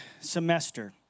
semester